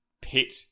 pit